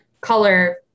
color